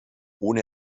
ohne